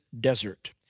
desert